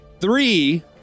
three